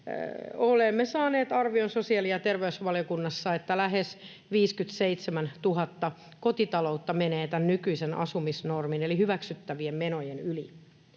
olemme saaneet arvion sosiaali- ja terveysvaliokunnassa, että lähes 57 000 kotitaloutta menee tämän nykyisen asumisnormin eli hyväksyttävien menojen yli.